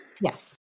Yes